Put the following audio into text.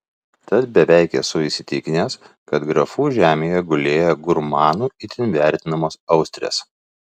tad beveik esu įsitikinęs kad grafų žemėje gulėjo gurmanų itin vertinamos austrės